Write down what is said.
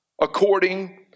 according